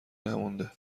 نمانده